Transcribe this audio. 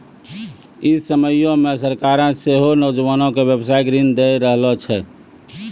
इ समयो मे सरकारें सेहो नौजवानो के व्यवसायिक ऋण दै रहलो छै